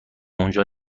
اونجا